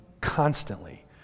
constantly